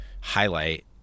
highlight